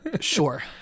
Sure